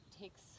takes